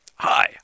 Hi